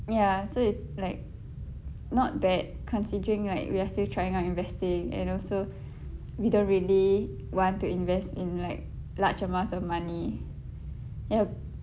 ya so it's like not bad considering like we're still trying out investing and also we don't really want to invest in like large amounts of money yup